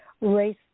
race